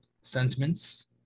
sentiments